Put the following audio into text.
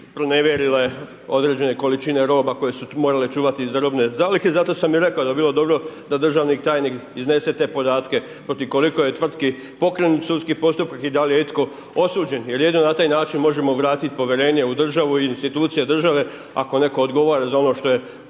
pronevjerile određene količine roba koje su morale čuvati za robne zalihe zato sam i reko da bi bilo dobro da državni tajnik iznese te podatke protiv koliko je tvrtki pokrenut sudski postupak i da li je itko osuđen, jer jedino na taj način možemo vratiti povjerenje u državu i institucije države ako netko odgovara za ono što je